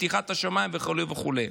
פתיחת השמיים וכו' וכו'.